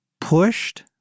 pushed